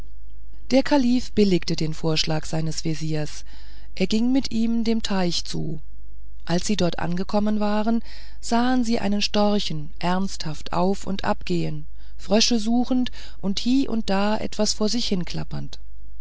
der kalif billigte den vorschlag seines veziers und ging mit ihm dem teich zu als sie dort angekommen waren sahen sie einen storchen ernsthaft auf und ab gehen frösche suchend und hie und da etwas vor sich hinklappernd